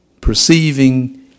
perceiving